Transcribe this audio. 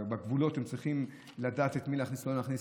בגבולות הם צריכים לדעת את מי להכניס או לא להכניס,